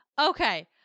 okay